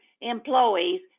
employees